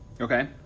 Okay